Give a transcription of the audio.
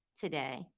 today